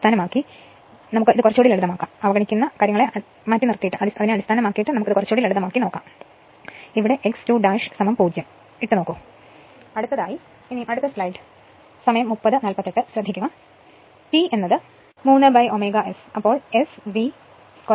അതുപോലെ സമവാക്യം 35 കാണുക ഈ അവഗണനയെ അടിസ്ഥാനമാക്കി ലളിതമാക്കുക ഞാൻ ഇവിടെ x 2 0 ഇടും അത്രമാത്രം T 3ω S അപ്പോൾ S v 2r2 ലഭിക്കും ഇത് സമവാക്യം 41 ആണ്